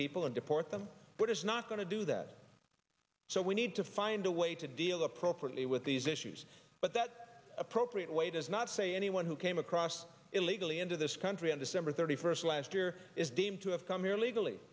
people and deport them but it's not going to do that so we need to find a way to deal appropriately with these issues but that appropriate way does not say anyone who came across illegally into this country on december thirty first last year is deemed to have come here legally